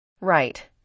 Right